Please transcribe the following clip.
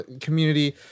community